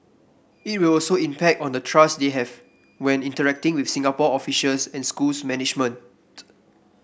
it will also impact on the trust they have when interacting with Singapore officials and schools management